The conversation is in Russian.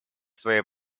своей